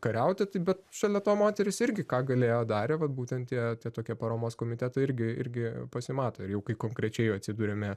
kariauti tai bet šalia to moterys irgi ką galėjo darė vat būtent tie tie tokie paramos komitetai irgi irgi pasimato ir jau kai konkrečiai atsiduriame